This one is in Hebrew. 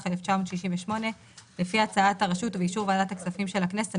התשכ"ח-1968 לפי הצעת הרשות ובאישור ועדת הכספים של הכנסת,